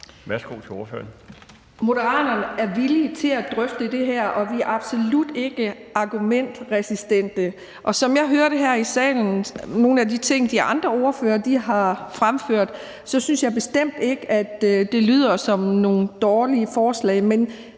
Moderaterne er villige til at drøfte det her, og vi er absolut ikke argumentresistente. Når jeg hører nogle af de ting, de andre ordførere har fremført her i salen, synes jeg bestemt ikke, at det lyder som nogle dårlige forslag.